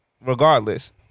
regardless